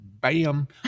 Bam